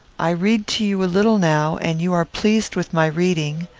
i read to you a little now, and you are pleased with my reading.